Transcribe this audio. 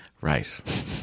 Right